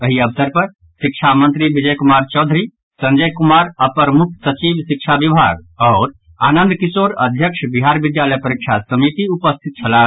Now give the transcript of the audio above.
एहि अवसर पर शिक्षा मंत्री विजय कुमार चौधरी संजय कुमार अपर मुख्य सचिव शिक्षा विभाग आओर आनंद किशोर अध्यक्ष बिहार विद्यालय परीक्षा समिति उपस्थित छलाह